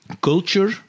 culture